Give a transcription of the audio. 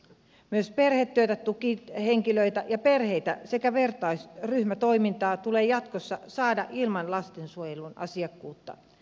myös perhetyötä tukihenkilöitä ja perheitä sekä vertaisryhmätoimintaa tulee jatkossa saada ilman lastensuojelun asiakkuutta